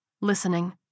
listening